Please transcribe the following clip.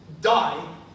Die